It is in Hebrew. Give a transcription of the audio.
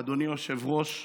אדוני היושב-ראש,